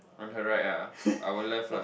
on her right ah our left lah